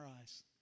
eyes